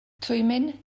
twymyn